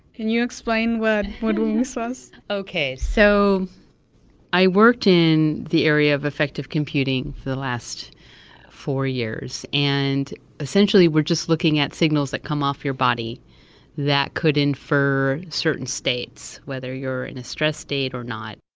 can you explain what moodwings was? okay. so i worked in the area of effective computing for the last four years. and essentially, we're just looking at signals that come off your body that could infer certain states, whether you're in a stress state or not.